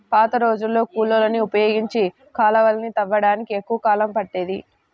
పాతరోజుల్లో కూలోళ్ళని ఉపయోగించి కాలవలని తవ్వడానికి ఎక్కువ కాలం పట్టేది